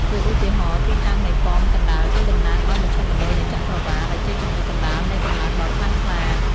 ជាឧទាហរណ៍ ទីតាំងនៃប៉មកណ្តាលគឺតំណាងឲ្យមជ្ឈមណ្ឌលនៃចក្រវាឡ ដែលជាចំណុចកណ្តាលនៃកម្លាំងដ៏ខ្លាំងក្លា។